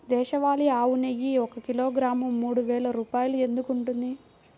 దేశవాళీ ఆవు నెయ్యి ఒక కిలోగ్రాము మూడు వేలు రూపాయలు ఎందుకు ఉంటుంది?